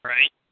Right